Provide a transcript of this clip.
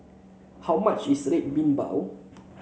how much is Red Bean Bao